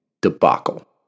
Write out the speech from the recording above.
debacle